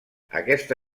aquesta